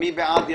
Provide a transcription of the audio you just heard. מי בעד?